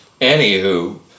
Anywho